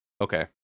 Okay